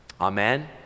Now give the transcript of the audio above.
Amen